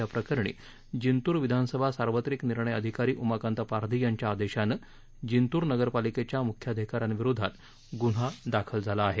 याप्रकरणी जिंतूर विधानसभा सार्वत्रिक निर्णय अधिकार उमाकांत पारधी यांच्या आदेशानं जिंतूर नगरपालिकेच्या मुख्याधिका याविरुद्ध गुन्हा दाखल झाला आहे